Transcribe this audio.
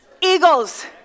Eagles